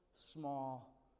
small